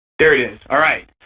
there it is. all right.